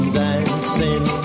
dancing